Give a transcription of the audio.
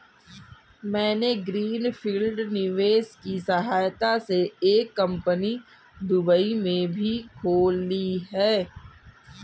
मैंने green field निवेश की सहायता से एक कंपनी दुबई में भी खोल ली है